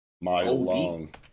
Mile-long